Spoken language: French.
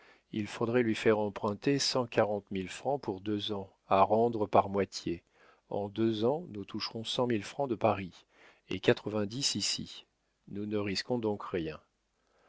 il faudrait lui faire emprunter cent quarante mille francs pour deux ans à rendre par moitié en deux ans nous toucherons cent mille francs de paris et quatre-vingt-dix ici nous ne risquons donc rien